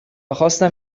خواستم